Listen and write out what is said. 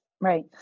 right